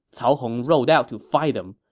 cao hong rode out to fight him.